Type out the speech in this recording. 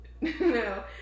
No